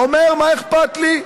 אומר: מה אכפת לי?